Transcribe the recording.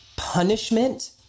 Punishment